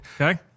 Okay